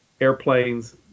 airplanes